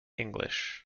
english